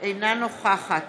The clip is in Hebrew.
אינה נוכחת